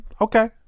okay